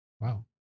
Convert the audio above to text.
wow